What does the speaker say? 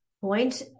point